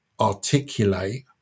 articulate